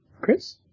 Chris